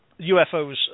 UFOs